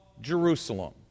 Jerusalem